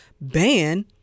ban